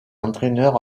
entraîneur